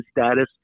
status